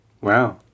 Wow